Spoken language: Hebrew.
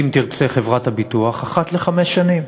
אם תרצה חברת הביטוח, אחת לחמש שנים.